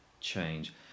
change